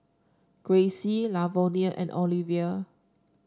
Grayce Lavonia and Olivia